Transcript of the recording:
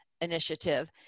initiative